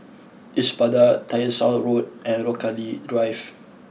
Espada Tyersall Road and Rochalie Drive